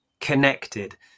connected